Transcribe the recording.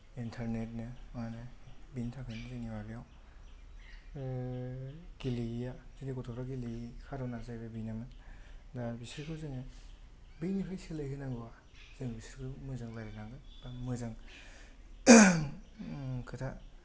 इन्थारनेटनो मानो बेनिथाखायनो जोंनि माबायाव गेलेयिया जोंनि गथ'फ्रा गेलेयि खारना जाहैबाय बेनोमोन दा बिसोरखौ जोङो बैनिफ्राय सोलायहोनांगौबा जों बिसोरखौ मोजां रायलायनांगोन बा मोजां खोथा